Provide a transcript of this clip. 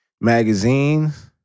magazines